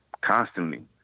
constantly